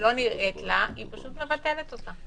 לא נראית לה, היא פשוט מבטלת אותה.